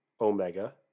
Omega